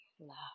love